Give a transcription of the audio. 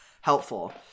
helpful